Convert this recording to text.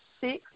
six